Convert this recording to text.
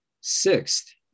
sixth